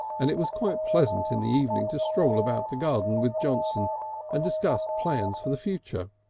and it was quite pleasant in the evening to stroll about the garden with johnson and discuss plans for the future.